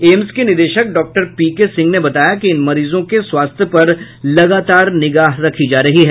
AIIMS के निदेशक doctor P K Singh ने बताया कि इन मरीजों के स्वास्थ्य पर लगातार निगाह रखी जा रही है